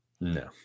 No